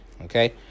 okay